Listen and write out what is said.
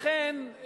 לכן,